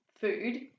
food